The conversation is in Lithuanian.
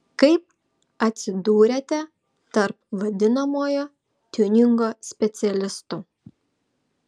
kaip atsidūrėte tarp vadinamojo tiuningo specialistų